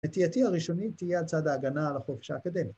‫נטייתי הראשונית תהיה על צד ההגנה ‫על החופש האקדמי.